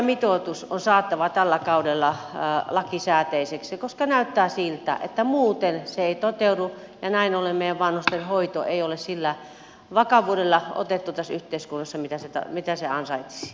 hoitajamitoitus on saatava tällä kaudella lakisääteiseksi koska näyttää siltä että muuten se ei toteudu ja näin ollen meidän vanhustenhoito ei ole sillä vakavuudella otettu tässä yhteiskunnassa mitä se ansaitsisi